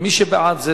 מי שבעד,